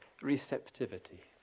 receptivity